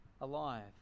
alive